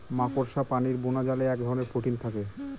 মাকড়সা প্রাণীর বোনাজালে এক ধরনের প্রোটিন থাকে